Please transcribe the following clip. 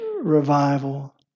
revival